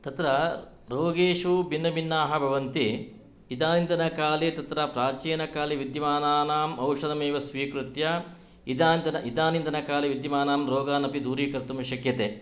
तत्र रोगेषु भिन्नभिन्नाः भवन्ति इदानीन्तनकाले तत्र प्राचीनकाले विद्यमानानाम् औषधमेव स्वीकृत्य इदानीन्तनकाले विद्यामानां रोगान् अपि दूरीकर्तुं शक्यते